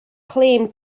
claim